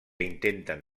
intenten